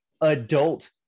adult